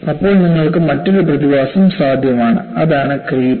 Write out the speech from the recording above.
അപ്പോൾ നിങ്ങൾക്ക് മറ്റൊരു പ്രതിഭാസം സാധ്യമാണ് അതാണ് ക്രീപ്പ്